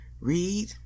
read